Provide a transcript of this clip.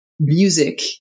music